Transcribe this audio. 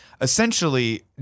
Essentially